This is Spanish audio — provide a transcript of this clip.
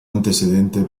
antecedente